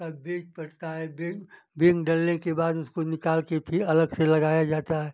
का बीज पड़ता है बीज बीज डलने के बाद उसको निकालके फिर अलग से लगाया जाता है